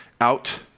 out